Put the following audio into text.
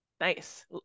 nice